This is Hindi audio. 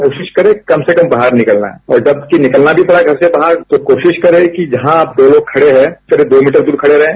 कोशिश करे कम से कम बाहर निकला और जब कभी निकलना भी पड़ा घर से बाहर तो कोशिश करें कि जहां आप दो लोग खड़े हैं करीब दो मीटर दूर खड़े रहें